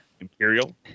Imperial